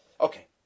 Okay